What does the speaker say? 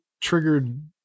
triggered